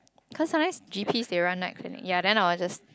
cause sometimes G_Ps they run night clinic ya then I will just